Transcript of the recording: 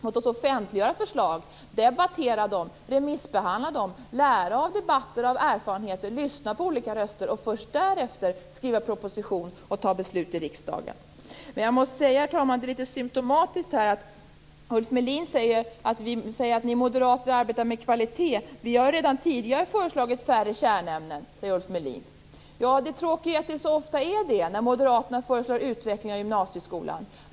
Låt oss offentliggöra förslag, debattera dem och remissbehandla dem. Låt oss lära av debatter och erfarenheter, lyssna på olika röster och först därefter skriva proposition och fatta beslut i riksdagen. Jag måste säga, herr talman, att det är litet symtomatiskt att Ulf Melin säger: Vi moderater arbetar med kvalitet. Han säger: Vi har redan tidigare föreslagit färre kärnämnen. Ja, det tråkiga är att det så ofta är så när Moderaterna föreslår utveckling av gymnasieskolan.